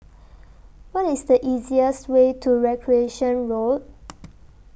What IS The easiest Way to Recreation Road